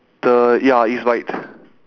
the ya it's white